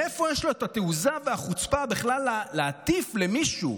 מאיפה יש לו את התעוזה והחוצפה בכלל להטיף למישהו,